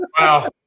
Wow